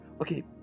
Okay